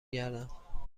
گردم